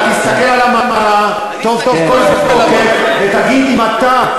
אתה תסתכל במראה טוב טוב כל בוקר ותגיד אם אתה,